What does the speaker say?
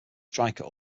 striker